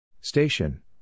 Station